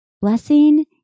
Blessing